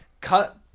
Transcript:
cut